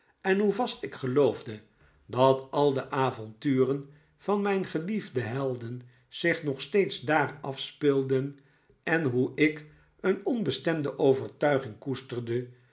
en hoe vast ik geloofde dat al de avonturen van mijn geliefde helden zich nog steeds daar afspeelden en hoe ik een onbestemde overtuiging koesterde